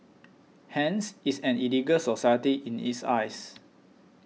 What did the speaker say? hence it's an illegal society in his eyes